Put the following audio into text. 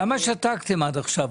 למה שתקתם עד עכשיו?